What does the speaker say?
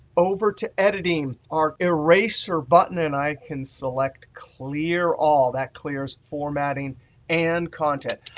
over to editing our eraser button and i can select clear all. that clears formatting and content.